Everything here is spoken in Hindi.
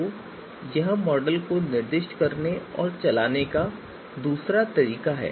तो यह मॉडल को निर्दिष्ट करने और इसे चलाने का दूसरा तरीका है